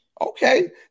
Okay